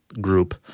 group